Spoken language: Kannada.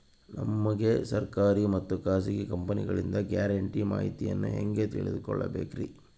ನಮಗೆ ಸರ್ಕಾರಿ ಮತ್ತು ಖಾಸಗಿ ಕಂಪನಿಗಳಿಂದ ಗ್ಯಾರಂಟಿ ಮಾಹಿತಿಯನ್ನು ಹೆಂಗೆ ತಿಳಿದುಕೊಳ್ಳಬೇಕ್ರಿ?